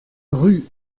rue